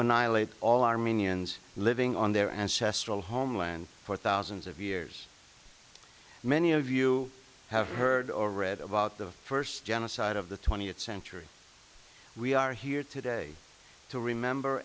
annihilate all armenians living on their ancestral homeland for thousands of years many of you have heard or read about the first genocide of the twentieth century we are here today to remember